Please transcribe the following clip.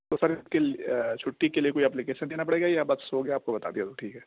تو سر اس کے چھٹّی کے لیے کوئی اپلیکیشن دینا پڑے گا یا بس ہو گیا آپ کو بتا دیا تو ٹھیک ہے